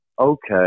Okay